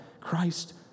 Christ